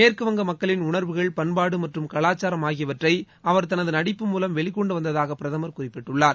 மேற்கு வங்க மக்களின் உணர்வுகள் பண்பாடு மற்றும் கலாக்சாரம் ஆகியவற்றை அவர் தனது நடிப்பு மூலம் வெளிக்கொண்டு வந்ததாகப் பிரதமர் குறிப்பிட்டுள்ளார்